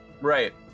Right